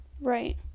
Right